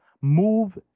Move